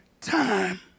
time